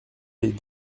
les